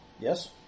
Yes